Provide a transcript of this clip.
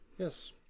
Yes